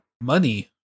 money